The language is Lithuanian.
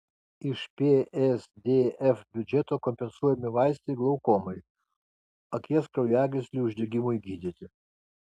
iš psdf biudžeto kompensuojami vaistai glaukomai akies kraujagyslių uždegimui gydyti